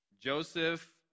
Joseph